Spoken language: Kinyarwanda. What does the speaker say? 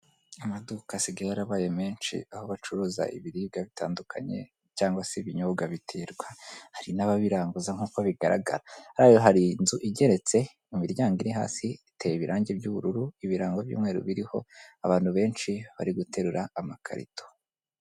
Amaduka asigaye yarabaye menshi aho bacuruza ibiribwa bitandukanye cyangwa se ibinyobwa biterwa, hari n'ababiranguza nk'uko bigaragara, hariya rero hari inzu igeretse mu miryango iri hasi iteye ibirangi by'ubururu, ibirango by'umweru biriho abantu benshi bari guterura amakarito.